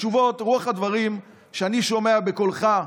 התשובות, רוח הדברים שאני שומע בקולך,